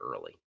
early